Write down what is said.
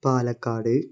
Palakkad